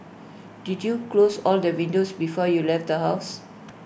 did you close all the windows before you left the house